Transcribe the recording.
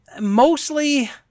mostly